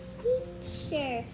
teacher